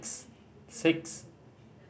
six